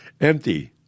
empty